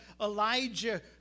Elijah